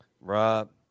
Rob